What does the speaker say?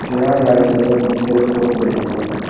ꯕꯤꯍꯥꯔ ꯔꯥꯏꯖ꯭ꯌꯗ ꯃꯦꯗꯤꯀꯦꯜ ꯏꯁꯇꯣꯔꯒ ꯂꯩꯕ꯭ꯔꯥ